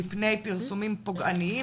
מפני פרסומים פוגעניים,